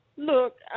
Look